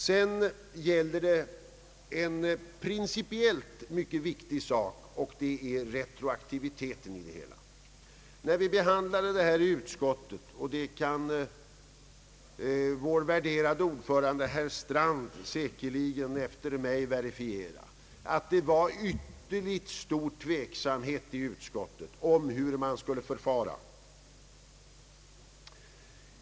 Sedan gäller det en principiellt mycket viktig sak: retroaktiviteten. När vi behandlade denna fråga i utskottet — och det kan vår värderade utskottsordförande herr Strand säkerligen verifiera — rådde ytterligt stor tveksamhet om hur man borde förfara.